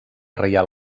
reial